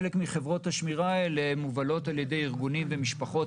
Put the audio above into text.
חלק מחברות השמירה האלה מופעלות על ידי ארגונים ומשפחות